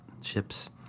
ships